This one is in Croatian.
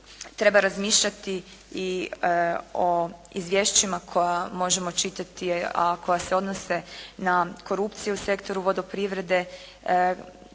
treba razmišljati i o izvješćima koja možemo čitati, a koja se odnose na korupciju u sektoru vodoprivrede,